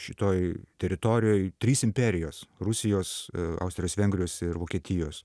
šitoj teritorijoj trys imperijos rusijos austrijos vengrijos ir vokietijos